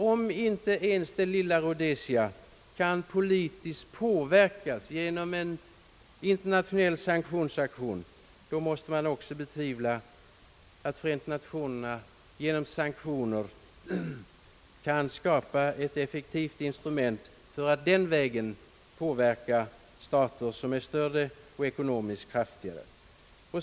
Om inte ens det lilla Rhodesia kan politiskt påverkas genom en internationell sanktionsaktion, måste man betvivla att Förenta Nationerna genom sanktioner kan få ett effektivt instrument för att påverka stater som är större och ekonomiskt starkare.